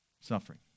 Suffering